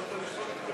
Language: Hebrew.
חבר הכנסת חזן,